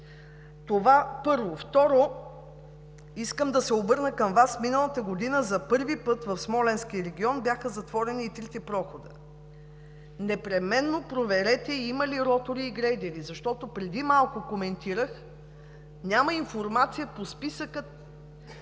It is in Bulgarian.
Това – първо. Второ, искам да се обърна към Вас, защото миналата година за първи път в Смолянския регион бяха затворени и трите прохода. Непременно проверете има ли ротори и грейдери, защото преди малко коментирах: няма информация по списъка